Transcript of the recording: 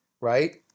right